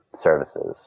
services